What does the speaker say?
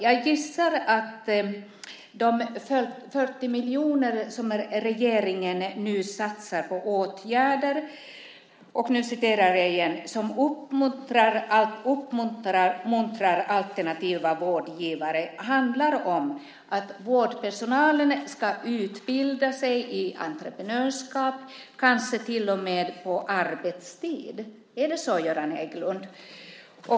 Jag gissar att de 40 miljoner som regeringen nu satsar på "åtgärder som uppmuntrar alternativa vårdgivare" handlar om att vårdpersonalen ska utbilda sig i entreprenörskap, kanske till och med på arbetstid. Är det så, Göran Hägglund?